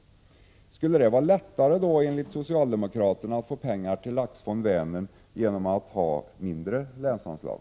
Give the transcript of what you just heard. Skulle det, enligt socialdemokraterna, vara lättare att få pengar till Laxfond för Vänern genom att ha mindre länsanslag?